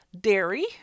Dairy